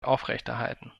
aufrechterhalten